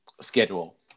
schedule